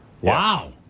Wow